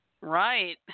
Right